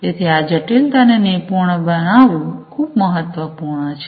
તેથી આ જટિલતાને નિપુણ બનાવવું ખૂબ મહત્વપૂર્ણ છે